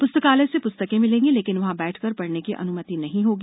पुस्तकालय से पुस्तकें मिलेंगी लेकिन वहां बैठकर पढ़ने की अनुमति नहीं होगी